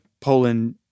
Poland